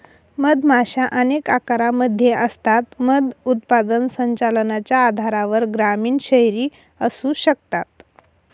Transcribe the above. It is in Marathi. मधमाशा अनेक आकारांमध्ये असतात, मध उत्पादन संचलनाच्या आधारावर ग्रामीण, शहरी असू शकतात